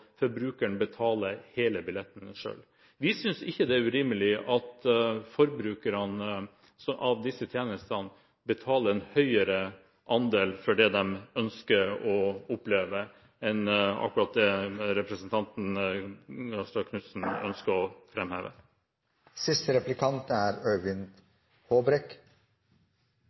forbrukeren betale hele billetten selv. Vi synes ikke det er urimelig at forbrukerne av disse tjenestene betaler en høyere andel for det de ønsker å oppleve, enn akkurat det representanten Knutson Barstad ønsker å framheve. Fremskrittspartiet er